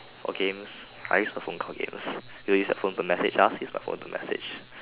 or games I use my phone for games they use their phone to message I also use my phone to message